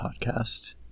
podcast